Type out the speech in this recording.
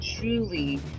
truly